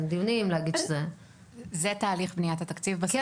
זה תהליך בניית התקציב בסוף.